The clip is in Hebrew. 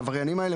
העבריינים האלה,